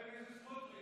חבר הכנסת סמוטריץ',